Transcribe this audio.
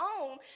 own